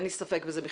אין לי ספק בזה.